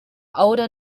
older